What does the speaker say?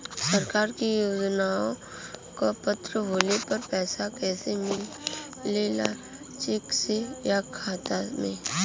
सरकार के योजनावन क पात्र होले पर पैसा कइसे मिले ला चेक से या खाता मे?